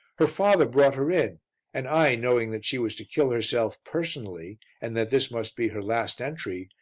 her father brought her in and i, knowing that she was to kill herself personally and that this must be her last entry,